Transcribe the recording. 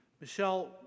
Michelle